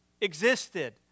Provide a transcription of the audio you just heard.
existed